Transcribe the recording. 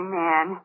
man